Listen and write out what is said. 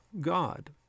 God